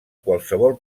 qualsevol